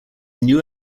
new